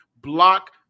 block